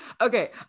Okay